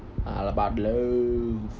all about love